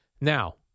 Now